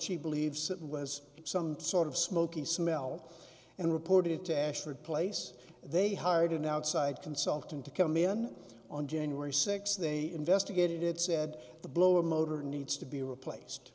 she believes it was some sort of smoky smell and reported to ashford place they hired an outside consultant to come in on january sixth they investigated said the blower motor needs to be replaced